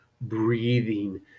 breathing